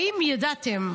האם ידעתם,